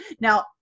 Now